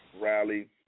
rally